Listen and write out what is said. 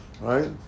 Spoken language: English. Right